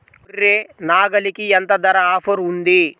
గొర్రె, నాగలికి ఎంత ధర ఆఫర్ ఉంది?